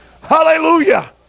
Hallelujah